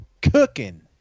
cooking